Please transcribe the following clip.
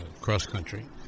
cross-country